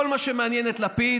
כל מה שמעניין את לפיד